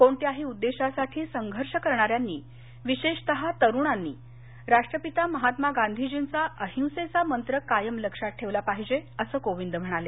कोणत्याही उद्देशासाठी संघर्ष करणाऱ्यानी विशेषतः तरुणांनी राष्ट्रपिता महात्मा गांधीर्जीचा अहिंसेचा मंत्र कायम लक्षात ठेवला पाहिजे असं कोविंद म्हणाले